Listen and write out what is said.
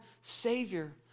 Savior